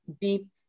deep